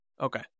Okay